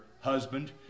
husband